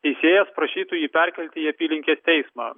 teisėjas prašytų jį perkelti į apylinkės teismą